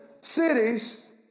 cities